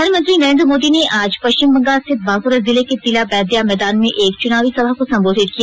प्रधानमंत्री नरेन्द्र मोदी ने आज पश्चिम बंगाल स्थित बांकुरा जिले के तिलाबैद्या मैदान में एक चुनावी सभा को संबोधित किया